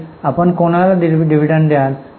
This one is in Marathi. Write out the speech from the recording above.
आपण कोणाला लाभांश द्याल